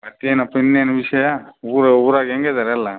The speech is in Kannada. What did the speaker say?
ಮತ್ತೇನಪ್ಪ ಇನ್ನೇನು ವಿಷಯ ಊರು ಊರಾಗೆ ಹೆಂಗಿದಾರೆ ಎಲ್ಲ